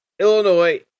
Illinois